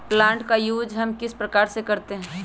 Plant का use हम किस प्रकार से करते हैं?